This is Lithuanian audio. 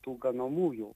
tų ganomųjų